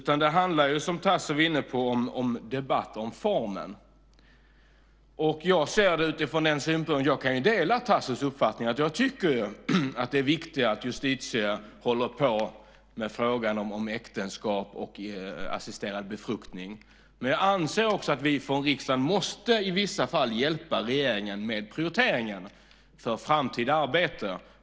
Som Tasso Stafilidis var inne på handlar det om en debatt om formen. Jag kan dela Tassos uppfattning att det är viktigare att Justitiedepartementet arbetar med frågan om äktenskap och assisterad befruktning. Men jag anser också att vi från riksdagen i vissa fall måste hjälpa regeringen med prioriteringarna för framtida arbete.